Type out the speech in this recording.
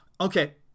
okay